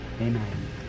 amen